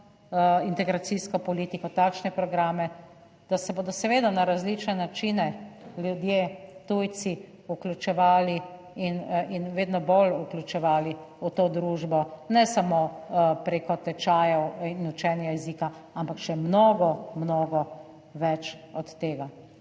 integracijsko politiko, takšne programe, da se bodo seveda na različne načine ljudje tujci vključevali in vedno bolj vključevali v to družbo, ne samo preko tečajev in učenja jezika, ampak še mnogo, mnogo več od tega.